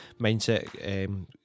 mindset